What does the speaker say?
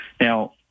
Now